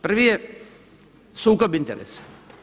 Prvi je sukob interesa.